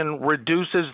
reduces